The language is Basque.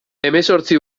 hemezortzi